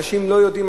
אנשים לא יודעים,